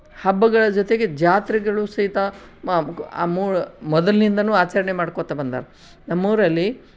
ಹಬ್ಬಗಳ ಜೊತೆಗೆ ಜಾತ್ರೆಗಳು ಸಹಿತ ಮೊದಲಿನಿಂದಲೂ ಆಚರಣೆ ಮಾಡ್ಕೋತ ಬಂದಿದಾರೆ ನಮ್ಮೂರಲ್ಲಿ